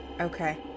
Okay